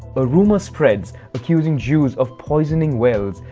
a rumor spreads accusing jews of poisoning wells,